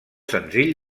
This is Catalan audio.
senzill